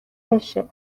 بشه